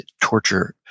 torture